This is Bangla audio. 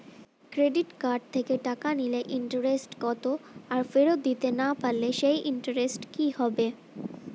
ক্রেডিট কার্ড থেকে টাকা নিলে ইন্টারেস্ট কত আর ফেরত দিতে না পারলে সেই ইন্টারেস্ট কি হবে?